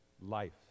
life